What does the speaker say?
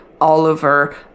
Oliver